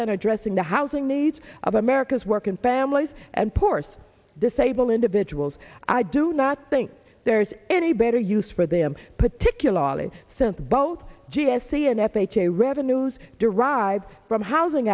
than addressing the housing needs of america's working families and poorest disable individuals i do not think there is any better use for them particularly since both g s c and epi che revenues derived from housing